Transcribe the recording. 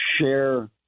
share